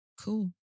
Cool